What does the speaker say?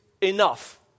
enough